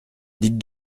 dites